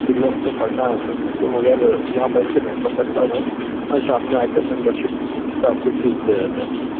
فی الوقت تو پڑھنا ہے میڈم میرے کو مگر یہاں بیٹھ کے نہیں پڑھ سکتا میں میں شام میں آ کے ممبرشپ کا آپ کو فیس دے دیتا ہوں میڈم